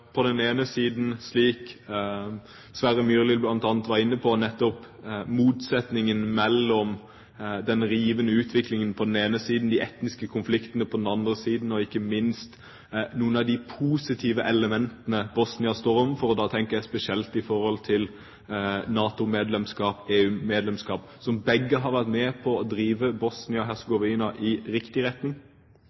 Sverre Myrli var bl.a. inne på det nettopp, av motsetningene mellom den rivende utviklingen på den ene siden og de etniske konfliktene på den andre siden, og ikke minst noen av de positive elementene Bosnia står overfor, og da tenker jeg spesielt på både NATO-medlemskap og EU-medlemskap, som har vært med på å drive Bosnia-Hercegovina i riktig retning.